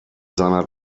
seiner